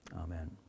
Amen